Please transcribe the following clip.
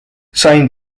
sain